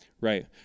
Right